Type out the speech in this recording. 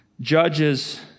judges